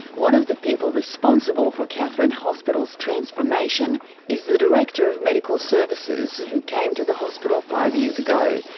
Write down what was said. one of the people responsible for katherine hospital's transformation is the director of medical services who came to the hospital five years ago.